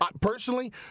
Personally